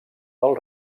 del